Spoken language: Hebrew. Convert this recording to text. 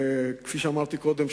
וכפי שאמרתי קודם,